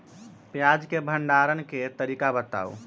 प्याज के भंडारण के तरीका बताऊ?